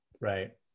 Right